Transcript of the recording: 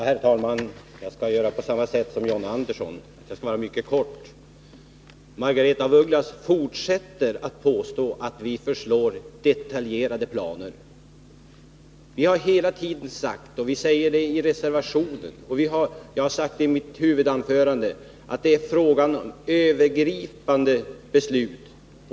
Herr talman! Jag skall göra på samma sätt som John Andersson — fatta mig mycket kort. Margaretha af Ugglas fortsätter att påstå att vi föreslår detaljerade planer. Vi har hela tiden sagt, vi har sagt det i reservationen och jag har sagt det i mitt huvudanförande, att det är fråga om övergripande beslut.